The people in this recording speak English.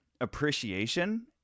appreciation